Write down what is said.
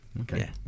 Okay